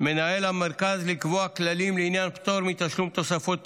מנהל המרכז לקבוע כללים לעניין פטור מתשלום תוספות פיגורים.